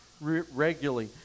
regularly